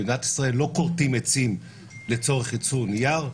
במדינת ישראל לא כורתים עצים לצורך יצוא נייר.